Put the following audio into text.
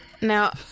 Now